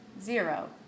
zero